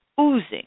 Oozing